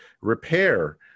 repair